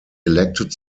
elected